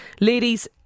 Ladies